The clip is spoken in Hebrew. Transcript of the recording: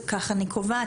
כך אני קובעת,